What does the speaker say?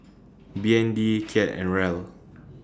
B N D Kyat and Riel